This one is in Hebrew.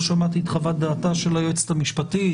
לא שמעתי את חוות דעתה של היועצת המשפטית,